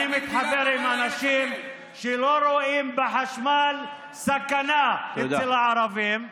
אני מתחבר עם אנשים שלא רואים בחשמל אצל הערבים סכנה.